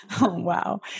wow